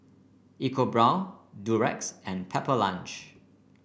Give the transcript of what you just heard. EcoBrown Durex and Pepper Lunch